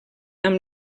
amb